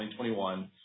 2021